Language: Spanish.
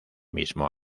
mismo